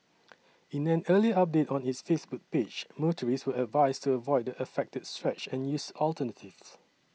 in an early update on its Facebook page motorists were advised to avoid the affected stretch and use alternatives